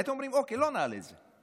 הייתם אומרים: אוקיי, לא נעלה את זה,